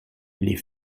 les